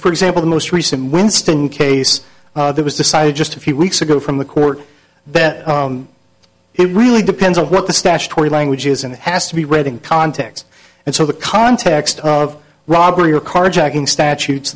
for example the most recent winston case there was decided just a few weeks ago from the court that he really depends on what the statutory language is and it has to be reading context and so the context of robbery or carjacking statutes